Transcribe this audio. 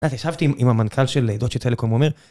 את יודעת, ישבתי עם המנכ״ל של דוצ'יה טלקום, הוא אומר